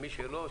ומי שלא,